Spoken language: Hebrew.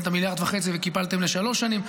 את המיליארד וחצי, וקיפלתם לשלוש שנים.